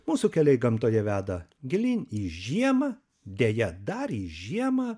mūsų keliai gamtoje veda gilyn į žiemą deja dar į žiemą